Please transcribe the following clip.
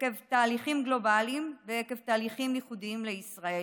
עקב תהליכים גלובליים ועקב תהליכים ייחודיים לישראל,